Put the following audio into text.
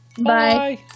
Bye